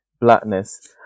blackness